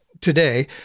today